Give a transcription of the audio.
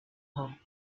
her